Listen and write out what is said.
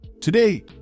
Today